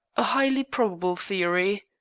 a highly probable theory.